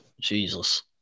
Jesus